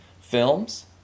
films